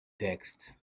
text